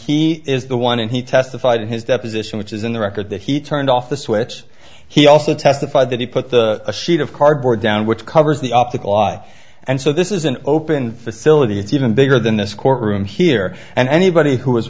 he is the one and he testified in his deposition which is in the record that he turned off the switch he also testified that he put the a sheet of cardboard down which covers the optical why and so this is an open facility it's even bigger than this courtroom here and anybody who was